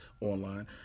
online